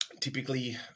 typically